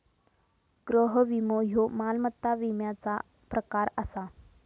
गृह विमो ह्यो मालमत्ता विम्याचा प्रकार आसा